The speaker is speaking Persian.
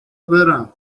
برم